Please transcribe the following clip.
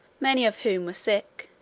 many of whom were sick.